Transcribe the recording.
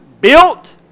Built